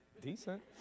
decent